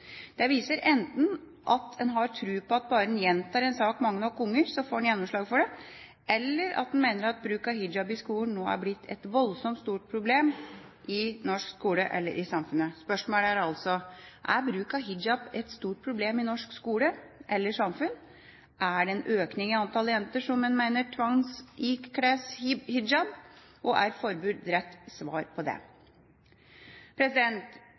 Det viser enten at en har tro på at bare en gjentar en sak mange nok ganger, får en gjennomslag for det, eller at en mener at bruk av hijab i skolen nå er blitt et voldsomt stort problem i norsk skole eller i samfunnet. Spørsmålet er altså: Er bruk av hijab et stort problem i norsk skole eller samfunn? Er det en økning i antall jenter som en mener tvangsikles hijab? Er forbud rett svar på det?